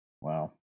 Wow